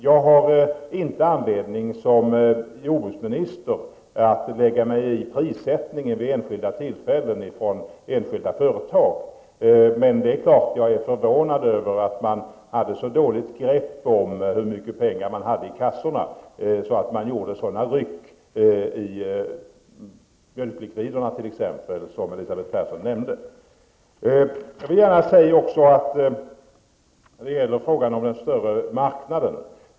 Jag har som jordbruksminister inte anledning att lägga mig i enskilda företags prissättning vid olika tillfällen. Men visst är jag förvånad över att man hade så dåligt grepp om hur mycket pengar som fanns i kassorna att man gjorde sådana ryck i exempelvis mjölklikviderna som Elisabeth Persson nämnde.